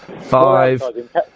five